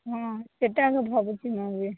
ହଁ ସେଇଟା ଏବେ ଭାବୁଛି ମୁଁ ବି